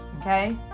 Okay